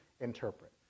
interpret